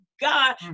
God